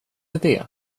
idé